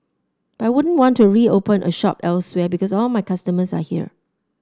but I wouldn't want to reopen a shop elsewhere because all my customers are here